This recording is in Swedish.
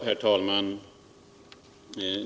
Herr talman!